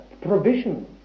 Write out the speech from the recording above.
provision